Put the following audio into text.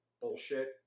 bullshit